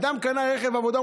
אדם קנה רכב עבודה,